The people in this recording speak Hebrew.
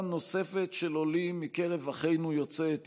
נוספת של עולים מקרב אחינו יוצאי אתיופיה.